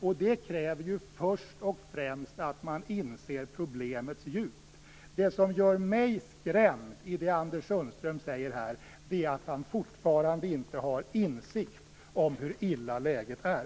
Och det kräver först och främst att man inser problemets djup. Det som skrämmer mig i det som Anders Sundström säger här är att han fortfarande inte har insikt om hur illa läget är.